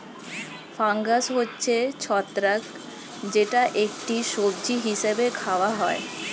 fungus হচ্ছে ছত্রাক যেটা একটি সবজি হিসেবে খাওয়া হয়